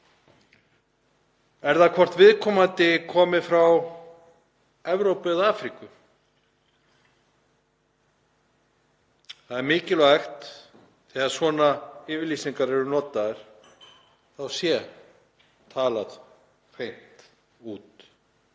það það hvort viðkomandi komi frá Evrópu eða Afríku? Það er mikilvægt, þegar svona yfirlýsingar eru notaðar, að talað sé hreint út.